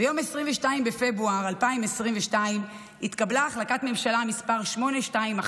ביום 22 בפברואר 2022 התקבלה החלטת ממשלה מס' 821,